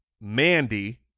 Mandy